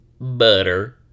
Butter